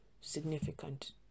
significant